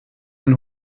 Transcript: ein